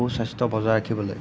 সু স্বাস্থ্য বজাই ৰাখিবলৈ